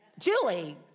Julie